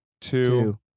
Two